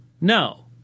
no